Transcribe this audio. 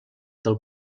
del